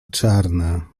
czarna